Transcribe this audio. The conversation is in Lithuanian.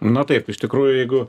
na taip iš tikrųjų jeigu